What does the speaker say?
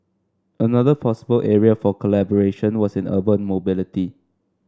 another possible area for collaboration was in urban mobility